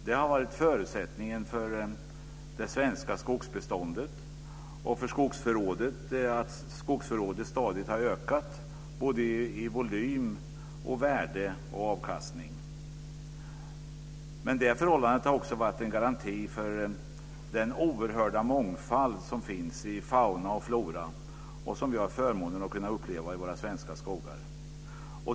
Det har varit förutsättningen för det svenska skogsbeståndet och för att skogsförrådet stadigt har ökat i volym, värde och avkastning. Men det förhållandet har också varit en garanti för den oerhörda mångfald som finns i fauna och flora och som vi har förmånen att kunna uppleva i våra svenska skogar.